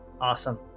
awesome